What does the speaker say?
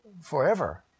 forever